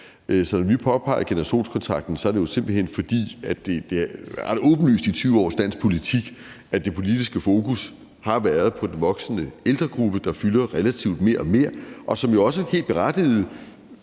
Så når vi påpeger generationskontrakten, er det jo simpelt hen, fordi det har været ret åbenlyst igennem 20 år i dansk politik, at det politiske fokus har været på den voksende ældregruppe, der fylder relativt mere og mere, og som jo også helt berettiget